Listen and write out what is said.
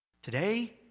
Today